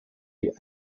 die